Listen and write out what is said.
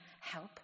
help